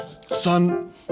Son